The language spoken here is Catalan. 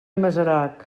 masarac